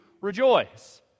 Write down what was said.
rejoice